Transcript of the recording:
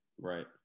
Right